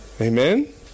Amen